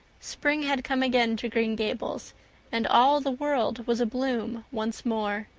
spring had come again to green gables and all the world was abloom once more.